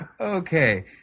Okay